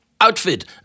outfit